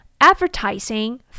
advertising